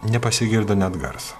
nepasigirdo net garso